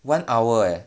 one hour eh